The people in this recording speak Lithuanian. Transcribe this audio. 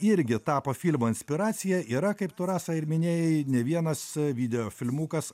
irgi tapo filmo inspiracija yra kaip tu rasa ir minėjai ne vienas video filmukas